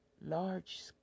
large